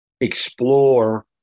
explore